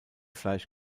fleisch